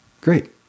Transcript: Great